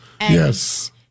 yes